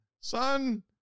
son